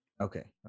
Okay